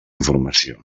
informació